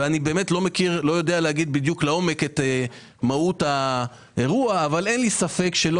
ואני באמת לא יודע להגיד לעומק את מהות האירוע אבל אין לי ספק שלא